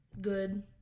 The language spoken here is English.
good